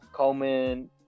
Coleman